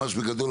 ממש בגדול,